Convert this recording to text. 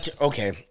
okay